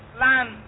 land